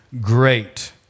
great